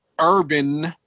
urban